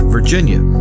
Virginia